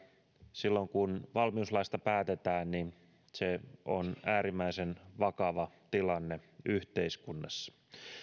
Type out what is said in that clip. silloin kun valmiuslaista päätetään se on äärimmäisen vakava tilanne yhteiskunnassa